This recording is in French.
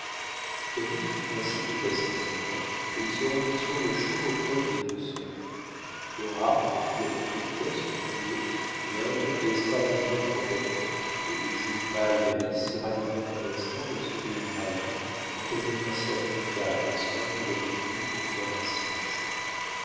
david fit un signe d'assentiment et ils se rendirent sur-lechamp auprès des deux sœurs cora reçut avec politesse son nouveau et un peu extraordinaire protecteur et les joues pâles d'alice se ranimèrent un instant d'un sourire malin quand elle remercia duncan des soins qu'il avait pris pour faire un si bon choix